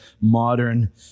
modern